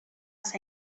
ser